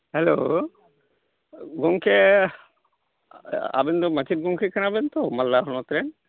hello ᱜᱚᱢᱠᱮ ᱟᱵᱮᱱ ᱫᱚ ᱢᱟᱪᱮᱫ ᱜᱚᱢ ᱠᱮ ᱠᱟᱱᱟᱵᱮᱱ ᱛᱚ ᱢᱟᱞᱫᱟ ᱦᱚᱱᱚᱛ ᱨᱮᱱ